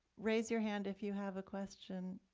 raise your hand if you have a question